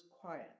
quiet